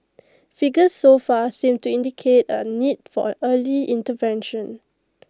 figures so far seem to indicate A need for A early intervention